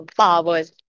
powers